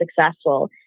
successful